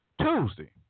Tuesday